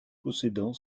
possédant